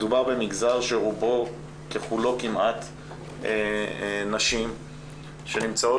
מדובר במגזר שרובו ככולו כמעט נשים שנמצאות